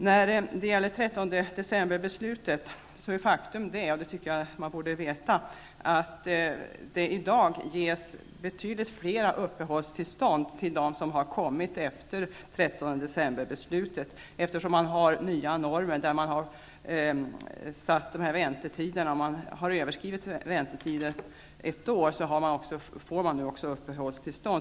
När det gäller 13 december-beslutet är faktum det -- och det borde man veta -- att det i dag ges betydligt fler uppehållstillstånd till dem som har kommit hit efter det att 13 december-beslutet fattades. Det har utvecklats nya normer. Överskrider väntetiden ett år får den sökande uppehållstillstånd.